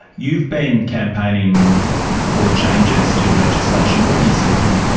you've been campaigning for changes to legislation. what are you seeking?